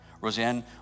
Roseanne